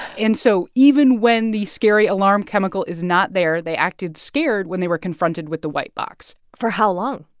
and so even when the scary alarm chemical is not there, they acted scared when they were confronted with the white box for how long?